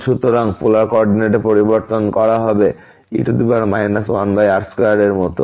সুতরাং পোলার কোঅর্ডিনেটে পরিবর্তন করা হবে e 1r2 এর মতো